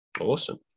Awesome